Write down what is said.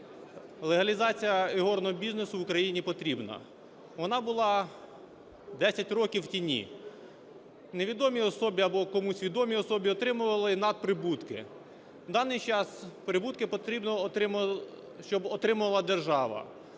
легалізація ігорного бізнесу в Україні потрібна. Вона була 10 років в тіні. Невідомі особи, або комусь відомі особи, отримували надприбутки. В даний час прибутки потрібно, щоб отримувала держава,